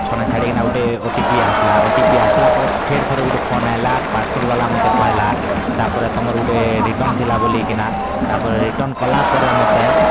ଛନା ଛାଡ଼ିକି ନା ଗୁଟେ ଓ ଟି ପି ଆସିଲା ଓ ଟି ପି ଆସିଲା ପରେ ଫେର୍ ଥରେ ଗୁଟେ ଫୋନ୍ ଆଇଲା ପାର୍ସଲ୍ ଵାଲା ମୋତେ କହେଲା ତା'ପରେ ତମର୍ ଗୁଟେ ରିଟର୍ନ ଥିଲା ବୋଲିକି ନା ତା'ପରେ ରିଟର୍ନ କଲା ପରେ ମୋତେ